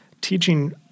teaching